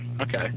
Okay